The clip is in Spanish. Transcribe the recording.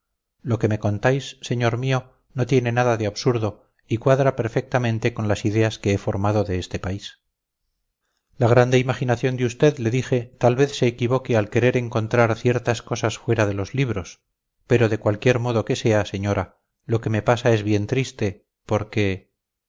lo que me contáis señor mío no tiene nada de absurdo y cuadra perfectamente con las ideas que he formado de este país la grande imaginación de usted le dije tal vez se equivoque al querer encontrar ciertas cosas fuera de los libros pero de cualquier modo que sea señora lo que me pasa es bien triste porque